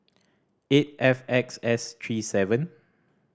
eight F X S three seven